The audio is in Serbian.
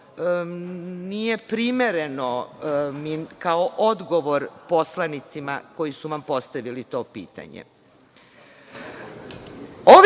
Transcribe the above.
nije primereno kao odgovor poslanicima koji su vam postavili to pitanje.